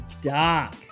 dark